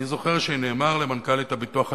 אני זוכר שנאמר למנכ"לית הביטוח הלאומי,